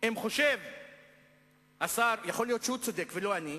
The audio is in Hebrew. אם חושב השר, יכול להיות שהוא צודק, ולא אני,